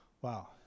Wow